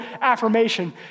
affirmation